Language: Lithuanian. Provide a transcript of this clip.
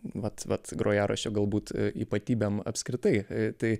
vat vat grojaraščio galbūt ypatybėm apskritai tai